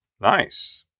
Nice